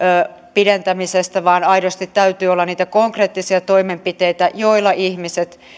pidentämisestä vaan aidosti täytyy olla niitä konkreettisia toimenpiteitä joilla ihmiset